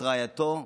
את רעייתו,